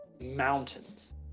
mountains